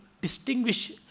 distinguish